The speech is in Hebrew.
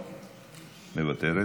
מוותרת,